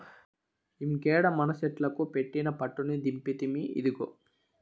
ఇంకేడ మనసెట్లుకు పెట్టిన పట్టుని దింపితిమి, ఇదిగో